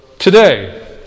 Today